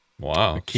Wow